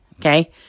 okay